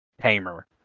Tamer